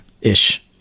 ish